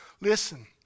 Listen